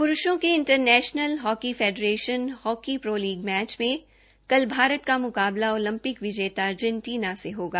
प्रूषों के international hockey federation hockey pro league match में कल भारत का मुकाबला ओलंपिक विजेता अर्जेंटीना से होगा